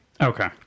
Okay